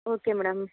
okay madam